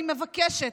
אני מבקשת,